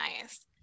nice